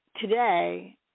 today